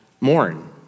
mourn